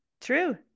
true